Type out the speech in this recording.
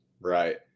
Right